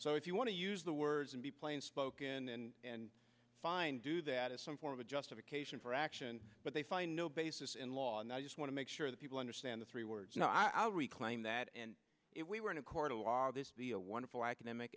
so if you want to use the words and be plainspoken and fine do that as some form of justification for action but they find no basis in law and i just want to make sure that people understand the three words no i'll reclaim that and if we were in a court of law this be a wonderful academic